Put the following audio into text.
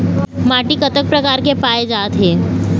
माटी कतक प्रकार के पाये कागजात हे?